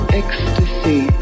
ecstasy